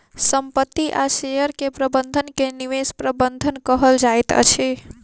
संपत्ति आ शेयर के प्रबंधन के निवेश प्रबंधन कहल जाइत अछि